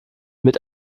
mit